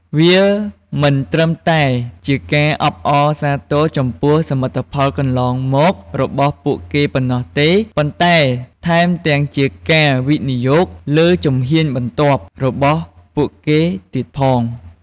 វាមិនត្រឹមតែជាការអបអរសាទរចំពោះសមិទ្ធផលកន្លងមករបស់ពួកគេប៉ុណ្ណោះទេ ប៉ុន្តែថែមទាំងជាការវិនិយោគលើជំហានបន្ទាប់របស់ពួកគេទៀតផង។